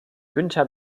günther